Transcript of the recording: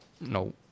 no